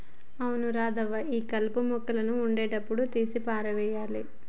అవును రాధవ్వ ఈ కలుపు మొక్కగా ఉన్నప్పుడే తీసి పారేయాలి